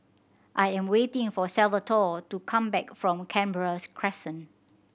I am waiting for Salvatore to come back from Canberra Crescent